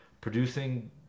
producing